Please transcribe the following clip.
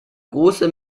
große